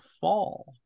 fall